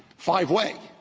five-way.